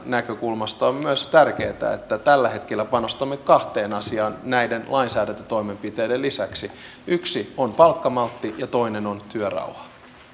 näkökulmasta on myös tärkeätä että tällä hetkellä panostamme kahteen asiaan näiden lainsäädäntötoimenpiteiden lisäksi yksi on palkkamaltti ja toinen on työrauha